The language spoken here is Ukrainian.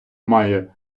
має